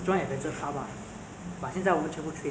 on her 什么 sexual harassment